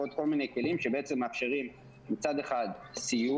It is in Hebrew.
ועוד כל מיני כלים שבעצם מאפשרים מצד אחד סיוע,